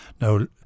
Now